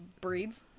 breeds